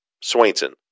Swainson